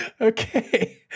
Okay